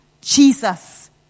Jesus